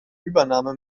übernahme